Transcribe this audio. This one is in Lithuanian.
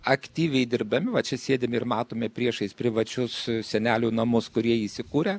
aktyviai dirbdami va čia sėdim ir matome priešais privačius senelių namus kurie įsikūrę